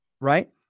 Right